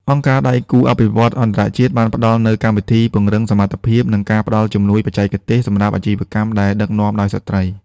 អង្គការដៃគូអភិវឌ្ឍន៍អន្តរជាតិបានផ្ដល់នូវកម្មវិធីពង្រឹងសមត្ថភាព និងការផ្ដល់ជំនួយបច្ចេកទេសសម្រាប់អាជីវកម្មដែលដឹកនាំដោយស្ត្រី។